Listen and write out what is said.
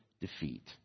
defeat